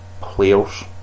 players